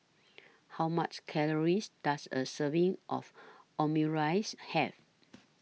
How Many Calories Does A Serving of Omurice Have